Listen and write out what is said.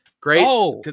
Great